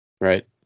right